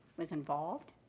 was involved,